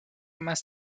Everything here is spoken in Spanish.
más